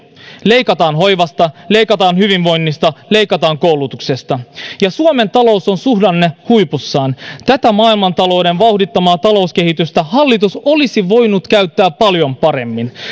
leikataan hoivasta leikataan hyvinvoinnista leikataan koulutuksesta ja suomen talous on suhdannehuipussaan tätä maailmantalouden vauhdittamaa talouskehitystä hallitus olisi voinut käyttää paljon paremmin